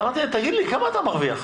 אמרתי: תגיד לי, כמה אתה מרוויח?